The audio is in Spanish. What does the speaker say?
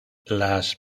las